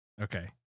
Okay